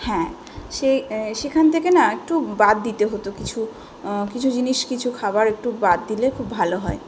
হ্যাঁ সে সেখান থেকে না একটু বাদ দিতে হতো কিছু জিনিস কিছু খাবার একটু বাদ দিলে খুব ভালো হয়